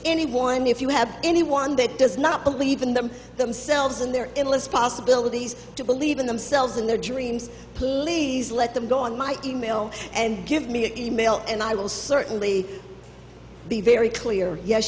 anyone if you have anyone that does not believe in them themselves and their endless possibilities to believe in themselves in their dreams let them go on my email and give me an e mail and i will certainly be very clear yes